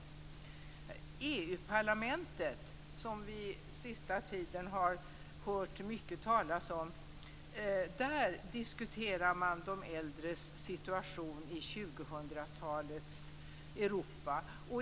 I EU-parlamentet, som vi har hört mycket talas om den senaste tiden, diskuterar man de äldres situation i 2000-talets Europa.